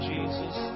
Jesus